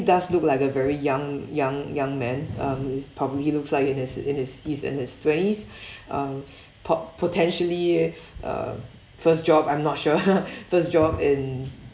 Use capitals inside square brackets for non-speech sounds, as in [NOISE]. does look like a very young young young man um he's probably looks like in his in his he's in his twenties [BREATH] um po~ potentially uh first job I'm not sure [LAUGHS] first job in